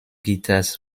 guitars